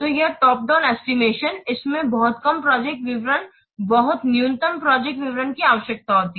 तो यह top down estimation इसमें बहुत कम प्रोजेक्ट विवरण बहुत न्यूनतम प्रोजेक्ट विवरण की आवश्यकता होती है